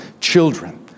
children